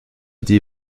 die